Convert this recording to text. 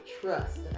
trust